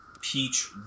peach